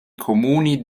comuni